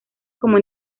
como